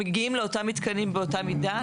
מגיעים לאותם מתקנים באותה מידה?